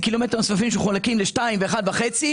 3.5 הקילומטרים הנוספים שמחולקים ל-2 ו-1.5,